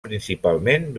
principalment